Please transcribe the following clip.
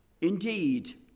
Indeed